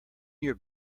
your